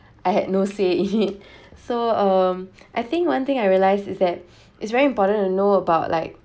I had no say in it so um I think one thing I realise is that it's very important to know about like